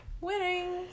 Winning